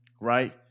right